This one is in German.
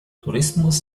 tourismus